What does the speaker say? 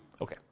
Okay